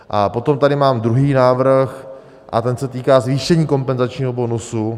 A potom tady mám druhý návrh a ten se týká zvýšení kompenzačního bonusu.